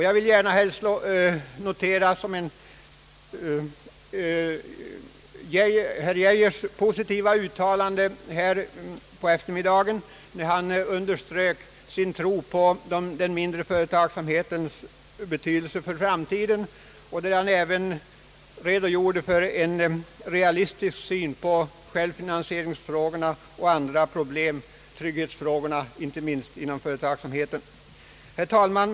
Jag vill gärna notera herr Geijers positiva uttalande här på eftermiddagen, när han underströk sin tro på den mindre företagsamhetens betydelse för framtiden och redogjorde för en realistisk syn på självfinansieringsfrågorna och andra problem inom företagsamheten — trygghetsfrågorna inte minst. Herr talman!